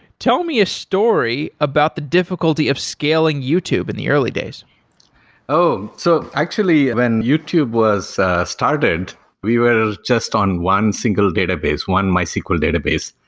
tell me a story about the difficulty of scaling youtube in the early days oh, so actually when youtube was started we were just on one single database, one mysql database.